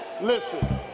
listen